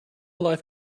life